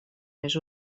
més